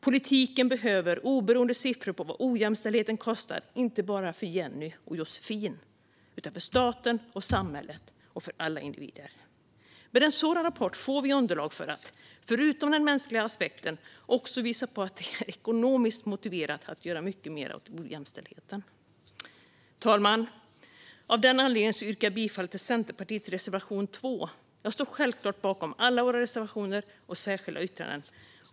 Politiken behöver oberoende siffror på vad ojämställdheten kostar, inte bara för Jenny och Josefin, utan för staten, för samhället och för alla individer. Med en sådan rapport får vi underlag för att, förutom den mänskliga aspekten, också visa på att det är ekonomiskt motiverat att göra mycket mer åt ojämställdheten. Fru talman! Av den anledningen yrkar jag bifall till Centerpartiets reservation 2, men jag står självklart bakom alla våra reservationer och särskilda yttranden.